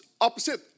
opposite